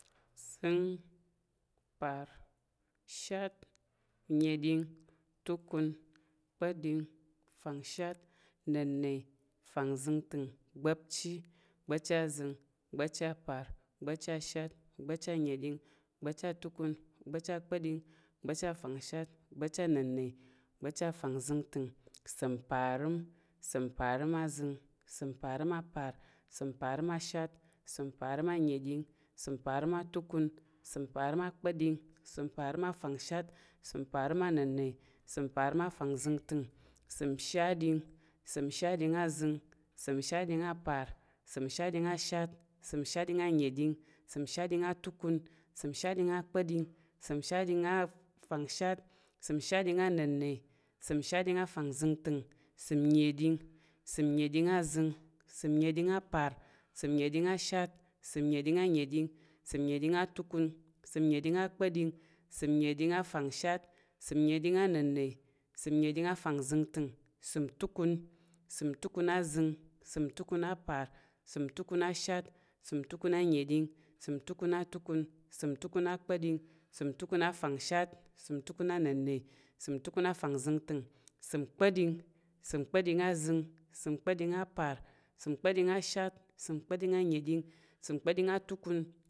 Uzəng, mparəm, shatɗing, nna̱ɗing, tukun, kpa̱ɗing, fangshat, nnəna̱n, fangzəngtəng, ugba̱pchi, ugba̱pchi azəng, gba̱pchi aparəmm, gba̱pchi ashatɗing, gba̱pchi anna̱ɗing, gba̱pchi atukun. gba̱pchi akpa̱ɗing, gba̱pchi afangshat, gba̱pchi annəna̱n, gba̱pchi afangzəng, ìsəm parəm, ìsəm parem azəng, ìsəm parəm apar, ìsəm parəm ashatɗing, ìsəm parəm ana̱ɗing, ìsəm parəm atukun, ìsəm parəm akpa̱ɗing, ìsəm parəm afangshat, ìsəm parəm nnənna̱, ìsəm parəm afangzəngtəng, ìsəm ishatɗing, ìsəm shatɗing azəng, ìsəm shatɗing parəm, ìsəm shatɗing ana̱ɗing, ìsəm shatɗing atukun, ìsəm shatɗing kpa̱ɗing, ìsəm shatɗing afegostat, ìsəm shatɗing anənna̱, ìsəm shatɗing afangzənta̱ng, ìnnəɗing, ìsəm ìnnəɗing azəng, ìsəm aparəm, ìsəm nəɗing ashatɗing, ìsəm nəɗing anəɗing, ìsəm nəɗing atukun, ìsəm nəɗing akpa̱ɗing, ìsəm nəɗing afangshat, ìsəm afangzəngtəng, ìsəm tukun, ìsəm tukun azəng, ìsəm apar, ìsəm tukun ashat, ìsəm tukun atukun, ìsəm tukun akpa̱ɗing, ìsəm tukun afangshat, ìsəm tukun anənna̱, ìsəm tukun afangzəngtəng, ìsəm kpa̱ɗing, ìsəm kpa̱ɗing azəng, ìsəm kpa̱ɗing apar, ìsəm kpa̱ɗing ashat, ìsəmɗing anənna, ìsəm atukun,